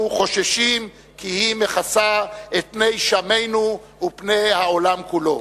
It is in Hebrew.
חוששים כי היא מכסה את פני שמינו ופני העולם כולו.